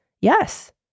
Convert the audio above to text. Yes